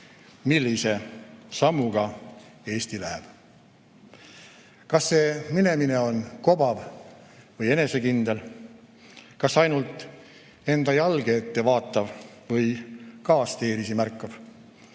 millise sammuga Eesti läheb. Kas see minemine on kobav või enesekindel? Kas ainult enda jalge ette vaatav või kaasteelisi märkav?